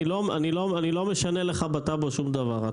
אני לא משנה לך בטאבו שום דבר.